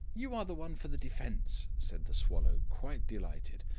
you are the one for the defence! said the swallow, quite delighted,